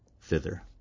thither